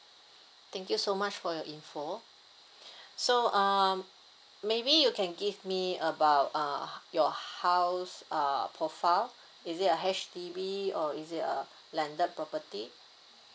thank you so much for your info so um maybe you can give me about uh your house uh profile is it a H_D_B or is it a landed property